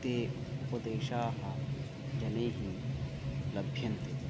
ते उपदेशाः जनैः लभ्यन्ते